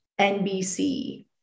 NBC